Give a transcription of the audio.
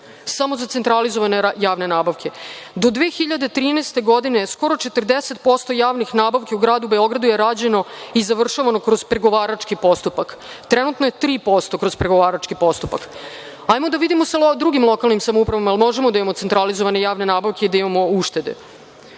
samo za centralizovane javne nabavke. Do 2013. godine skoro 40% javnih nabavki u gradu Beogradu je rađeno i završavano kroz pregovarački postupak. Trenutno je 3% kroz pregovarački postupak. Hajde da vidimo sa drugim lokalnim samoupravama - da li možemo da imamo centralizovane javne nabavke i da imamo uštede?